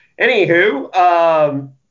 Anywho